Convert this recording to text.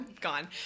Gone